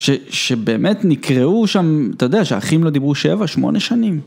שבאמת נקראו שם, אתה יודע שהאחים לא דיברו שבע, שמונה שנים.